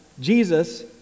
Jesus